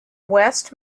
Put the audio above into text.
west